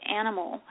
animal